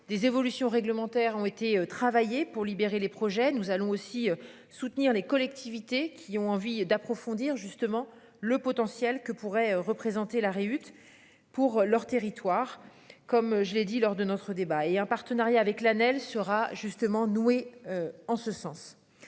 des évolutions réglementaires ont été travailler pour libérer les projets, nous allons aussi soutenir les collectivités qui ont envie d'approfondir, justement le potentiel que pourraient représenter la réussite pour leur territoire comme je l'ai dit lors de notre débat et un partenariat avec l'année elle sera justement noué en ce sens